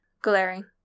glaring